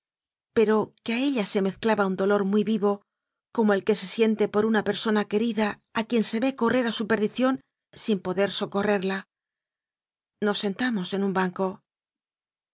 pero que a ella se mez claba un dolor muy vivo como el que se siente por una persona querida a quien se ve correr a su perdición sin poder socorrerla nos sentamos en un banco